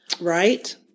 Right